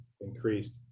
increased